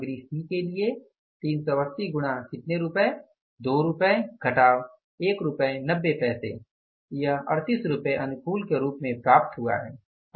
और सामग्री C के लिए 380 गुणा कितने रूपए 2 रुपये 190 रुपये है यह 38 रुपये अनुकूल के रूप में प्राप्त हुआ है